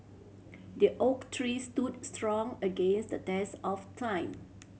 the oak tree stood strong against the test of time